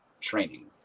training